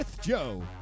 Joe